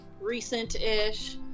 recent-ish